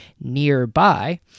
nearby